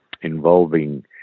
involving